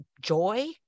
joy